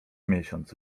miesiąc